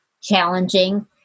challenging